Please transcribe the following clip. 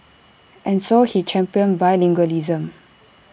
and so he championed bilingualism